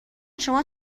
شما